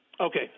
Okay